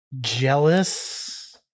jealous